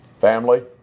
family